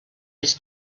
his